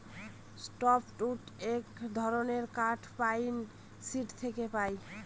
soft wood এক ধরনের কাঠ পাইন, সিডর থেকে পাই